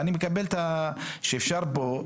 אני מקבל שאפשר פה,